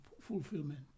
fulfillment